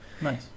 Nice